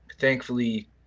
thankfully